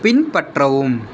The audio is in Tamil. பின்பற்றவும்